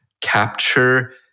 capture